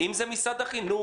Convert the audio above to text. אם זה משרד החינוך,